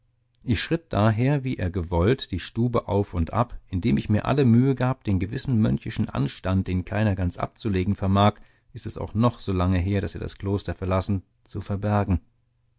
ich schritt daher wie er gewollt die stube auf und ab indem ich mir alle mühe gab den gewissen mönchischen anstand den keiner ganz abzulegen vermag ist es auch noch so lange her daß er das kloster verlassen zu verbergen